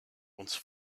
once